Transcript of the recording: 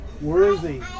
Worthy